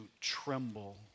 tremble